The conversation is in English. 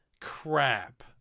crap